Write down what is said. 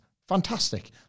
fantastic